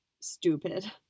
stupid